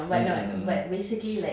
mm mm mm mm